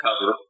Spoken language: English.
cover